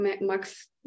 max